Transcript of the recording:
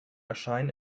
erscheinen